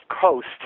Coast